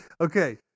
okay